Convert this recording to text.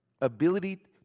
ability